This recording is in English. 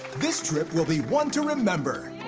this trip will be one to remember.